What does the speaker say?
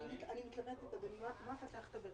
אתה מסיר את ההסתייגויות שלך?